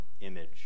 image